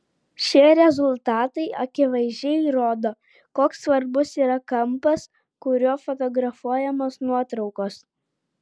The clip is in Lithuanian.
šie rezultatai akivaizdžiai rodo koks svarbus yra kampas kuriuo fotografuojamos nuotraukos